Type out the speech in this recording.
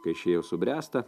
kai šie jau subręsta